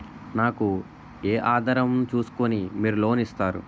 నాకు ఏ ఆధారం ను చూస్కుని మీరు లోన్ ఇస్తారు?